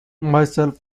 myself